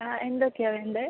ആ എന്തൊക്കെയാണ് വേണ്ടത്